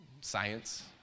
science